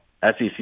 SEC